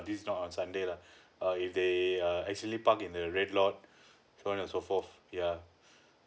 this not on sunday lah uh if they uh actually park in the red lot so on and so forth yeah